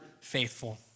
faithful